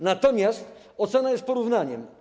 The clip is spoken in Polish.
Natomiast ocena jest porównaniem.